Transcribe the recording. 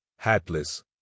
hatless